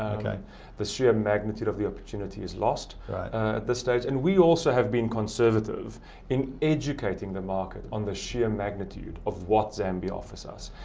the sheer magnitude of the opportunity is lost at this stage. and we also have been conservative in educating the market on the sheer magnitude of what zambia offers us.